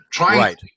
Right